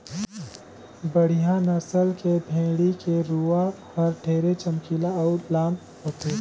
बड़िहा नसल के भेड़ी के रूवा हर ढेरे चमकीला अउ लाम होथे